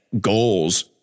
goals